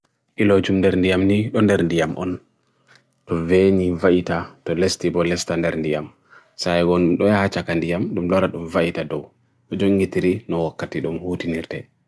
Ilojum derndiyam ni, on derndiyam on, tuveni vaita tu lesti bolya standerndiyam, saigun doya achakandiyam dum loradu vaita do, bujungitiri no o katidung utinirte.